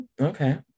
Okay